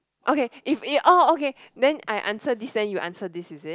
okay if if orh okay then I answer this then you answer this is it